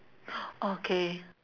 okay